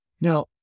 Now